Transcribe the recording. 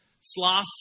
sloth